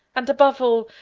and above all,